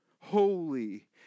holy